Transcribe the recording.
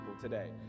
today